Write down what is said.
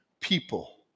people